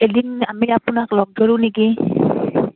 এদিন আমি আপোনাক লগ ধৰোঁ নেকি